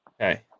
Okay